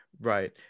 Right